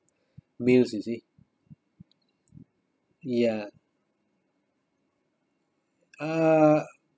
meal you see ya uh